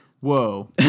Whoa